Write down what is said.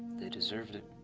they deserved it.